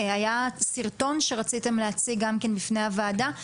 היה סרטון שרציתם להציג בפני הוועדה,